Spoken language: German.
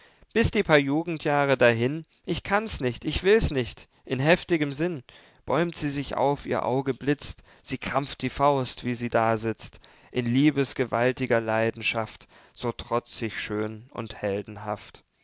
bis die paar jugendjahre dahin ich kann's nicht ich will's nicht in heftigem sinn bäumt sie sich auf ihr auge blitzt sie krampft die faust wie sie da sitzt in liebesgewaltiger leidenschaft so trotzig schön und heldenhaft